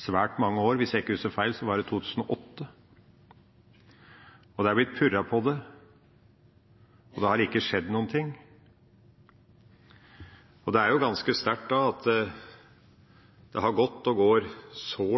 svært mange år. Hvis jeg ikke husker feil, var det i 2008, og det har blitt purret på det, og det har ikke skjedd noen ting. Det er ganske sterkt at det har gått, og går, så